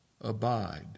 abide